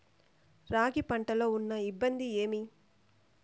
రాగి పంటలో ఉన్న ఇబ్బంది ఏమి?